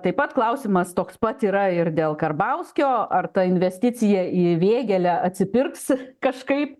taip pat klausimas toks pat yra ir dėl karbauskio ar ta investicija į vėgėlę atsipirksi kažkaip